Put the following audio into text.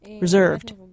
reserved